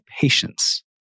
patience